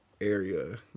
area